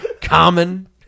Common